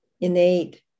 innate